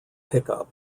pickup